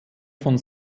von